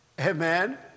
Amen